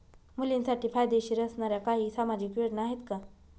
मुलींसाठी फायदेशीर असणाऱ्या काही सामाजिक योजना आहेत का?